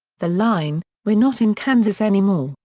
the line, we're not in kansas anymore,